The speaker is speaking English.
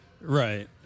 Right